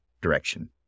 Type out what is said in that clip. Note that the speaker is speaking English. direction